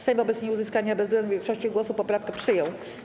Sejm wobec nieuzyskania bezwzględnej większości głosów poprawkę przyjął.